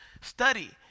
study